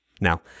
Now